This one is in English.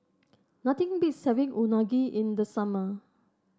nothing beats having Unagi in the summer